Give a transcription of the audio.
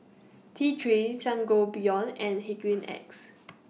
T three Sangobion and Hygin X